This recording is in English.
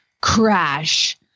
crash